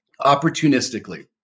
opportunistically